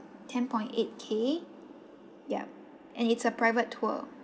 ten point eight K yup and it's a private tour